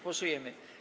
Głosujemy.